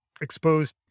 exposed